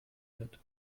bett